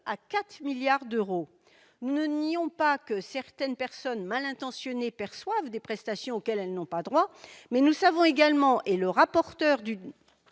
à 4 milliards d'euros. Nous ne nions pas que certaines personnes malintentionnées perçoivent des prestations auxquelles elles n'ont pas droit, mais nous savons également -le rapport du